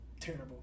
terrible